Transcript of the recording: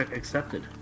accepted